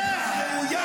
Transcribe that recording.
לך.